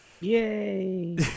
Yay